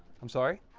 i'm sorry?